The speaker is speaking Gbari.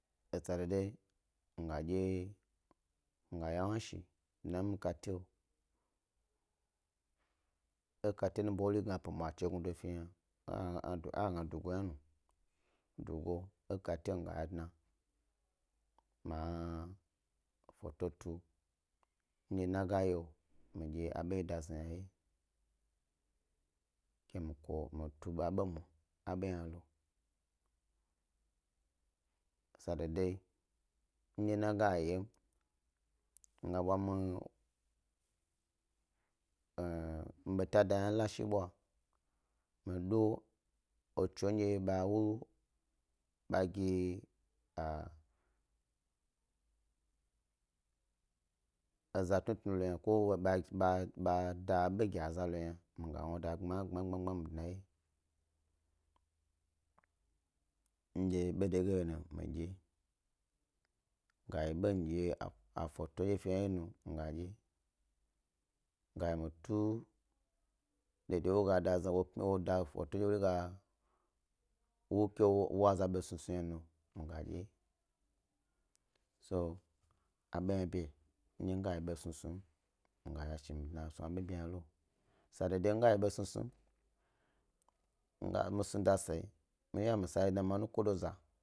Esa dodoyi mi gay a wozhi dna mi kate wo, e kate nubu ndye wori gnape mwa aga chnignudo fe hna ega gna dugo hna, dugo ekate mi go dna ma foto tu ndye enage mi dye a ɓo ba da zna yna wye ke mi tu a ɓomu ke be bo hna lo, sa dododoyi ndye ena ga yeyom, mi bwa mi beta da yna la shi bwa, mi do etso ndye ba giyi a a za tnu tnu lo yna ko ɓa do ɓo yi aza logna miga wnuda gbma gbma gbma mi dna wye ndye ɓo dege yo nu midye wye, ga ɓo mi dye a foto ndye fe yna wye nu hni dye mi ga dye wye ga mi tu dendye ga wye foto wo da zna ke wo wna a za ɓesnusnu yna nu to abo hna bi mi ga yi besnusnum mi gay a shi mi snu abo dye hna bi lo sa dododo miga yi beswu snu snuyim, mi snuda sa mi iya mi sa wyi dna ma nukodo za.